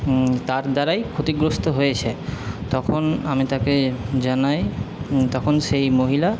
তার দ্বারাই ক্ষতিগ্রস্ত হয়েছে তখন আমি তাকে জানাই তখন সেই মহিলা